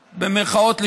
במירכאות,